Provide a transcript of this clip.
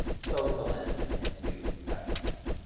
social ends, and two, professional ends.